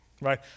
Right